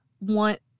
want